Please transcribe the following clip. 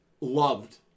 loved